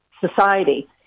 society